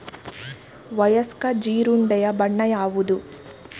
ವಯಸ್ಕ ಜೀರುಂಡೆಯ ಬಣ್ಣ ಯಾವುದು?